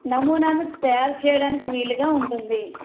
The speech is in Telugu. నమూనాను తయారు చేయడానికి వీలుగా ఉంటుంది